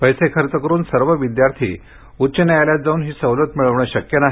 पैसे खर्च करून सर्व विद्यार्थी उच्च न्यायालयात जाऊन ही सवलत मिळवणं शक्य नाही